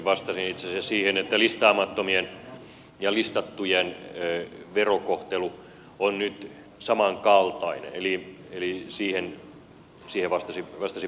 vastasin itse asiassa siihen että listaamattomien ja listattujen verokohtelu on nyt samankaltainen eli siihen vastasin väärin